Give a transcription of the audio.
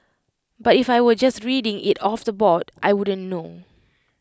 but if I were just reading IT off the board I wouldn't know